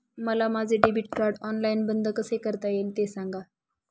मला माझे debit card online बंद कसे करता येईल, ते सांगा